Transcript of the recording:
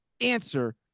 answer